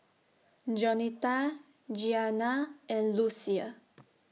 Jaunita Gianna and Lucia